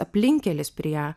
aplinkkelis prie